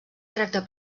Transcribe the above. tracta